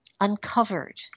uncovered